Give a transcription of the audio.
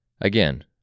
Again